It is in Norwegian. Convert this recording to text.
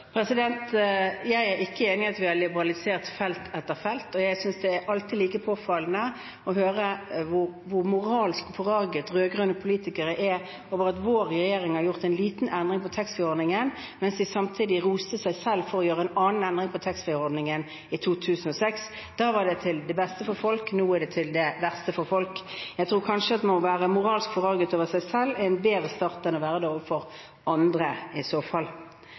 Jeg er ikke enig i at vi har liberalisert felt etter felt, og jeg synes det er alltid like påfallende å høre hvor moralsk forarget rød-grønne politikere er over at vår regjering har gjort en liten endring i taxfree-ordningen, mens de samtidig roste seg selv for å gjøre en annen endring i taxfree-ordningen i 2006. Da var det til det beste for folk – nå er det til det verste for folk. Jeg tror at det er bedre å være moralsk forarget over seg selv enn over andre. Å lage nye regler knyttet til kommunenes behandling dreier seg om rettssikkerhet, og det